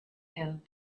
and